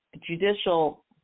judicial